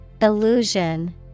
Illusion